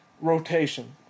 rotation